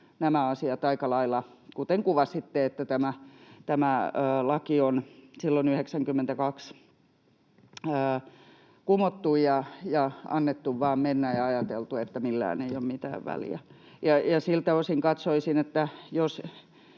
nämä asiat aika lailla, kuten kuvasitte, että tämä laki on silloin vuonna 92 kumottu ja on annettu vain mennä ja ajateltu, että millään ei ole mitään väliä. Ja siltä osin katsoisin, että jos